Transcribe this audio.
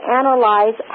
analyze